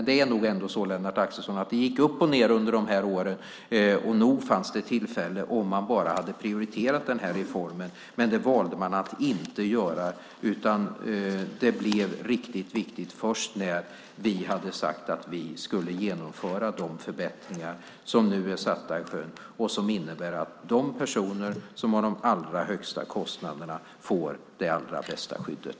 Det är nog så, Lennart Axelsson, att det gick upp och ned under de åren, och nog fanns det tillfälle att genomföra reformen om man hade prioriterat den. Man valde dock att inte göra det. Riktigt viktig blev den först när vi sade att vi skulle genomföra de förbättringar som nu är sjösatta och som innebär att de personer som har de allra högsta kostnaderna också får det allra bästa skyddet.